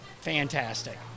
fantastic